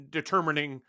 determining